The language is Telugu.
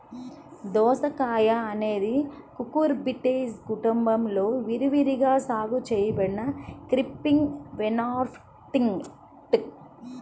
దోసకాయఅనేది కుకుర్బిటేసి కుటుంబంలో విరివిగా సాగు చేయబడిన క్రీపింగ్ వైన్ప్లాంట్